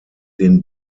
den